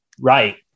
right